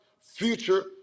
future